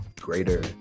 greater